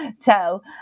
tell